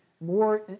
more